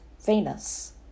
Venus